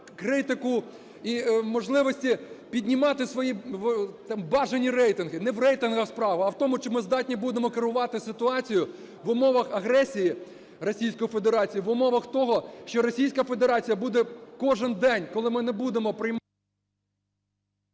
критику і можливості піднімати свої бажані рейтинги. Не в рейтингах справа, а в тому, чи ми здатні будемо керувати ситуацією в умовах агресії Російської Федерації, в умовах того, що Російська Федерація буде кожен день, коли ми не будемо приймати…